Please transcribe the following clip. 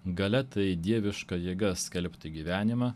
galia tai dieviška jėga skelbti gyvenimą